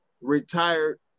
retired